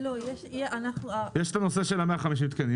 יש את הנושא של ה-150 תקנים.